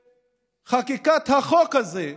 שחקיקת החוק הזה,